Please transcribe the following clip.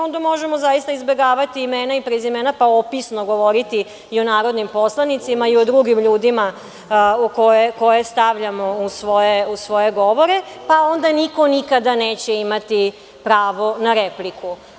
Onda možemo zaista izbegavati imena i prezimena, pa opisno govoriti o narodnim poslanicima i o drugim ljudima koje stavljamo u svoje govore, pa onda niko nikada neće imati pravo na repliku.